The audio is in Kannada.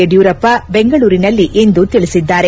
ಯಡಿಯೂರಪ್ಪ ಬೆಂಗಳೂರಿನಲ್ಲಿಂದು ತಿಳಿಸಿದ್ದಾರೆ